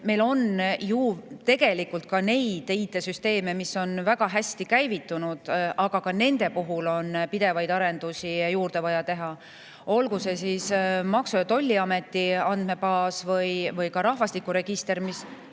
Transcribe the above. meil on ju tegelikult ka neid IT‑süsteeme, mis on väga hästi käivitunud, aga nende puhul on samuti vaja teha pidevaid arendusi juurde. Olgu see siis Maksu‑ ja Tolliameti andmebaas või ka rahvastikuregister, mis,